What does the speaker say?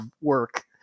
work